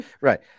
Right